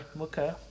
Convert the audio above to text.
Okay